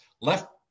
Left